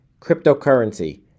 cryptocurrency